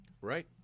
Right